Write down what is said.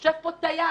יושב פה טייס,